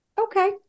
Okay